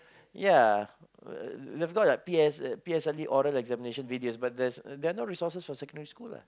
ya they got like P S P_S_L_E oral examinations videos but there's there are not resources for secondary school